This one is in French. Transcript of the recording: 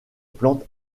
plante